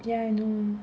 ya I know